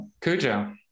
Cujo